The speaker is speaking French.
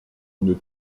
une